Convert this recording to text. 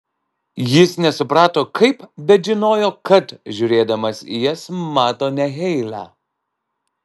jis nesuprato kaip bet žinojo kad žiūrėdamas į jas mato ne heilę